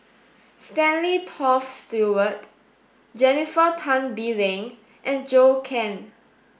Stanley Toft Stewart Jennifer Tan Bee Leng and Zhou Can